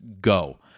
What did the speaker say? go